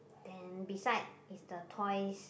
then beside is the toys